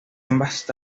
ambas